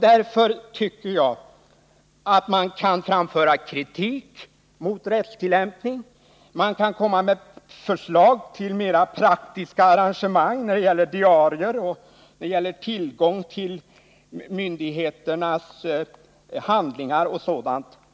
Därför tycker jag att man kan framföra kritik mot rättstillämpningen, man kan komma med förslag till mera praktiska arrahgemang när det gäller diarier, tillgång till myndigheternas handlingar och sådant.